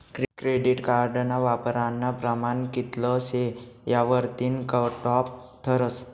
credit कार्डना वापरानं प्रमाण कित्ल शे यावरतीन कटॉप ठरस